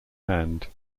hand